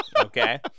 Okay